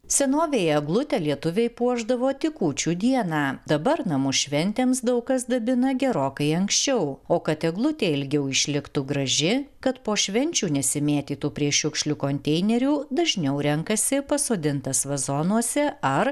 senovėje eglutę lietuviai puošdavo tik kūčių dieną dabar namus šventėms daug kas dabina gerokai anksčiau o kad eglutė ilgiau išliktų graži kad po švenčių nesimėtytų prie šiukšlių konteinerių dažniau renkasi pasodintas vazonuose ar